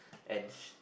and sh~